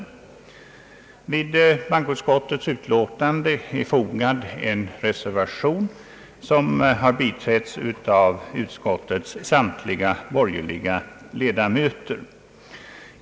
Vid bankoutskottets utlåtande är fogad en reservation, som har biträtts av utskottets samtliga borgerliga ledamöter.